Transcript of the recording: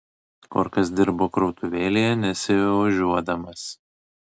korkas dirbo krautuvėlėje nesiožiuodamas